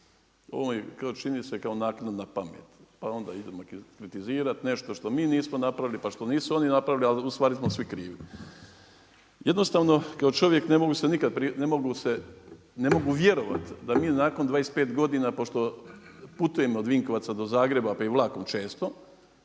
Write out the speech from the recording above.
kao čini se kao naknadna pamet, pa onda idemo kritizirati nešto što mi nismo napravili pa što nisu oni napravili ali u stvari smo svi krivi. Jednostavno kao čovjek ne mogu vjerovati da mi nakon 25 godina, pošto putujem od Vinkovaca do Zagreba pa i vlakom često,